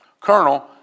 colonel